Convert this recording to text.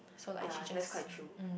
ya that's quite true